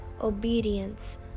obedience